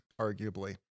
arguably